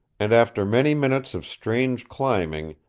and after many minutes of strange climbing,